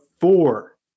four